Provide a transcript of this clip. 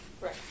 Right